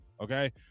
Okay